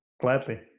Gladly